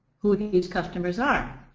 who these customers are.